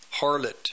harlot